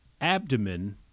abdomen